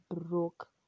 broke